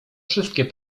wszystkie